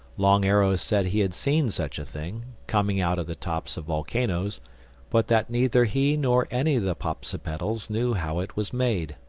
long arrow said he had seen such a thing coming out of the tops of volcanoes but that neither he nor any the popsipetels knew how it was made.